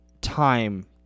time